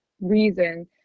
reason